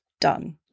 done